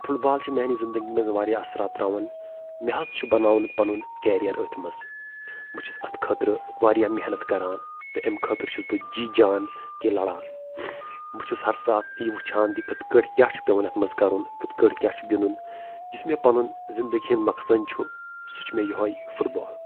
fit بال چھِ میانہِ زنٛدگی منٛز واریاہ اَثرات تراوان مےٚ حظ چھُ بَناوُن پَنُن کیریر أتھۍ منٛز بہٕ چھُس اَتھ خٲطرٕ واریاہ محنت کَران تہٕ اَمہِ خٲطرٕ چھُس بہٕ جی جان کے لَڑان بہٕ چھُس ہَر ساتہٕ یہِ وُچھان تہِ کِتھ پٲٹھۍ کیاہ چھُ پیوان اَتھ منٛز کَرُن کِتھ پٲٹھۍ کیاہ چھُ گنٛدُن یُس مےٚ پنُن زنٛدگی ہُند مقصد چھُ سُہ چھُ مےٚ یِہوے فٹ بال